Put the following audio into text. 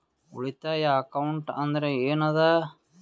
ಉಳಿತಾಯ ಅಕೌಂಟ್ ಅಂದ್ರೆ ಏನ್ ಅದ?